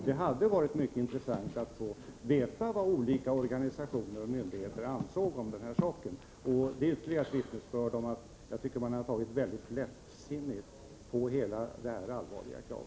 Det hade varit mycket intressant att få veta vad olika organisationer och myndigheter anser om den här saken. Det är ytterligare ett vittnesbörd om att man tagit väldigt lättsinnigt på hela detta allvarliga krav.